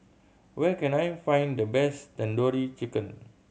where can I find the best Tandoori Chicken